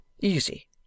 easy